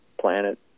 planet